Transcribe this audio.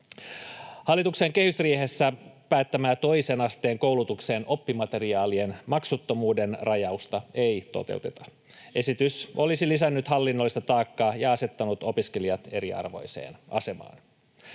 Hallituksen kehysriihessä päättämää toisen asteen koulutuksen oppimateriaalien maksuttomuuden rajausta ei toteuteta. [Pia Lohikoski: Kiitos siitä!] Esitys olisi lisännyt hallinnollista taakkaa ja asettanut opiskelijat eriarvoiseen asemaan.